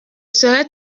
serai